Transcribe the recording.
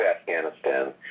Afghanistan